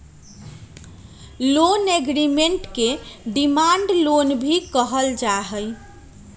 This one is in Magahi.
लोन एग्रीमेंट के डिमांड लोन भी कहल जा हई